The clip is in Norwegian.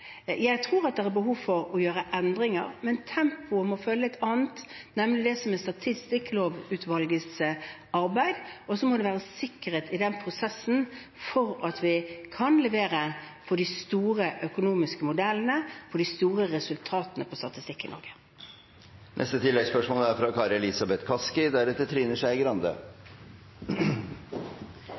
Jeg tror at det er behov for å gjøre endringer, men tempoet må være et annet, nemlig det som følger Statistikklovutvalgets arbeid, og så må det være sikkerhet i den prosessen for at vi kan levere på de store økonomiske modellene, de store resultatene på statistikk i Norge. Kari Elisabeth Kaski – til oppfølgingsspørsmål. Vi er